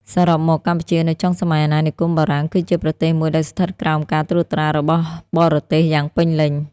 សរុបមក កម្ពុជានៅចុងសម័យអាណានិគមបារាំង គឺជាប្រទេសមួយដែលស្ថិតក្រោមការត្រួតត្រារបស់បរទេសយ៉ាងពេញលេញ។